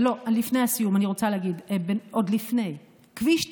לא, עוד לפני הסיום אני רוצה להגיד: כביש 90,